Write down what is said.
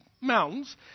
mountains